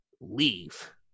leave